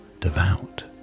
devout